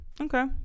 okay